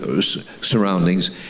surroundings